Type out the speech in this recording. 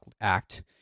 Act